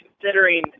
considering